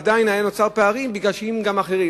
עדיין היו נוצרים פערים בגלל דברים אחרים.